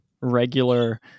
regular